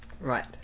Right